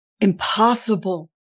impossible